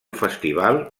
festival